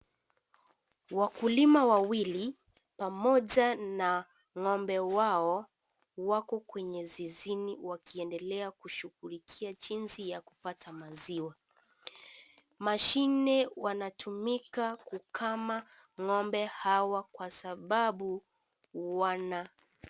Wakulima wawili pamoja na ng'ombe wao wako kwenye zizini wakiendelea kushughulikia jinsi ya kupata maziwa. Mashine wanatumika kukama ng'ombe hawa kwa sababu wana.